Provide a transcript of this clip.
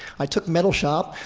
i took metal shop,